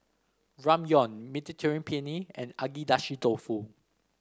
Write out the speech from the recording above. Ramyeon Mediterranean Penne and Agedashi Dofu